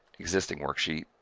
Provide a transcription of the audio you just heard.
existing worksheet,